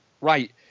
right